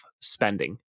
spending